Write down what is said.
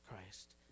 Christ